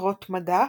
למטרות מדע,